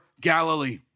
Galilee